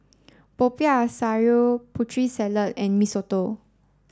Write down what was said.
Popiah Sayur Putri Salad and Mee Soto